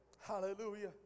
Hallelujah